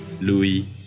Louis